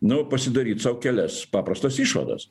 nu pasidaryt sau kelias paprastas išvadas